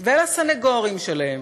ולסנגורים שלהם